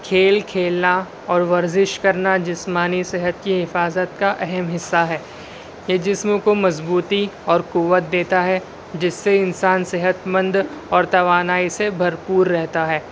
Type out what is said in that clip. کھیل کھیلنا اور ورزش کرنا جسمانی صحت کی حفاظت کا اہم حصہ ہے یہ جسم کو مضبوطی اور قوت دیتا ہے جس سے انسان صحت مند اور توانائی سے بھرپور رہتا ہے